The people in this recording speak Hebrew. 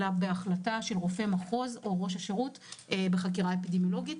אלא בהחלטה של רופא מחוז או ראש השירות בחקירה אפידמיולוגית.